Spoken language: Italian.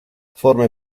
forme